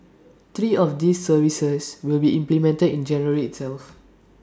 three of these services will be implemented in January itself